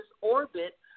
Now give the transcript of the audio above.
orbit